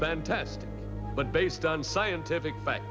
fantastic but based on scientific fac